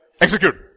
execute